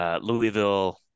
Louisville